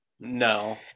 No